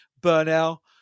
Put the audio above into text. Burnell